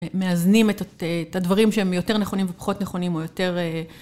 מאזנים את הדברים שהם יותר נכונים ופחות נכונים, או יותר...